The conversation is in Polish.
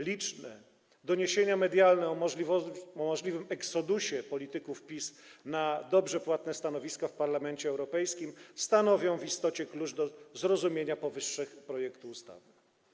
Liczne doniesienia medialne o możliwym exodusie polityków PiS na dobrze płatne stanowiska w Parlamencie Europejskim stanowią w istocie klucz do zrozumienia powyższego projektu ustawy.